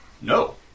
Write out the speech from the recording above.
No